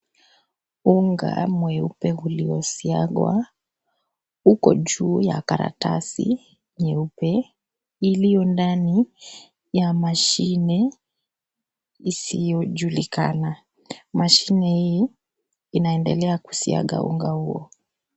Unga mweupe uliosagwa uko juu ya karatasi nyeupe iliyo ndani ya mashine isiyojulikana. Mashine hii inaendelea kusiaga unga huo.